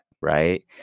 right